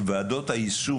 שוועדת היישום,